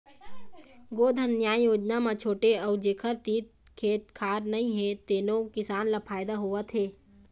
गोधन न्याय योजना म छोटे अउ जेखर तीर खेत खार नइ हे तेनो किसान ल फायदा होवत हे